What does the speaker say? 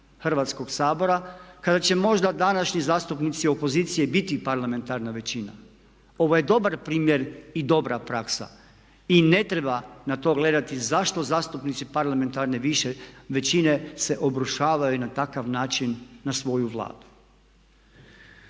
Hrvatskog sabora kada će možda današnji zastupnici opoziciji biti parlamentarna većina. Ovo je dobar primjer i dobra praksa i ne treba na to gledati zašto zastupnici parlamentarne većine se obrušavaju na takav način na svoju Vladu.